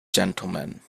gentlemen